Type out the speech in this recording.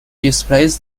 displays